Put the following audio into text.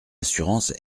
assurance